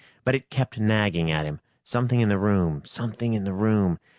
but it kept nagging at him something in the room, something in the room!